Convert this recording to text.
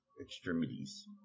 extremities